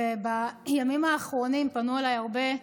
ובימים האחרונים פנו אליי הרבה,